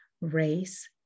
race